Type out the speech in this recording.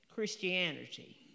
Christianity